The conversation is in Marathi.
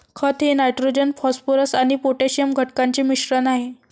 खत हे नायट्रोजन फॉस्फरस आणि पोटॅशियम घटकांचे मिश्रण आहे